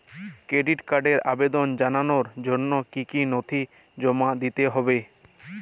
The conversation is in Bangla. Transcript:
ক্রেডিট কার্ডের আবেদন জানানোর জন্য কী কী নথি জমা দিতে হবে?